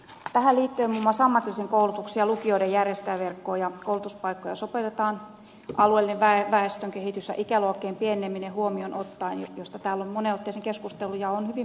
tähän liittyen muun muassa ammatillisen koulutuksen ja lukioiden järjestäjäverkkoa ja koulutuspaikkoja sopeutetaan alueellinen väestökehitys ja ikäluokkien pieneneminen huomioon ottaen mistä täällä on moneen otteeseen keskusteltu ja mikä on hyvin perusteltua